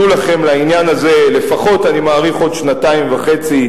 אני מעריך שיהיו לכם לעניין הזה לפחות עוד שנתיים וחצי,